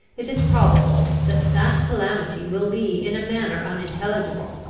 it is probable, that that calamity will be in a manner unintelligible,